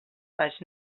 baix